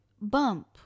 bump